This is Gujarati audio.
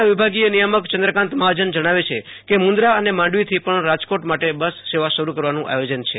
ના વિભાગીય નિયામક ચંદ્રકાંત મહાજન જણાવે છે કે મુંદ્રા અને માંડવી થી પણ રાજકોટ માટે બસ સેવા શરૂ કરવાનું આયોજન છે